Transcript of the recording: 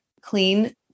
clean